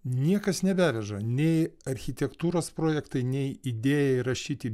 niekas nebeveža nei architektūros projektai nei idėja rašyti